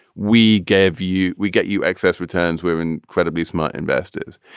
we gave you we get you excess returns. we're incredibly smart investors.